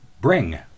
Bring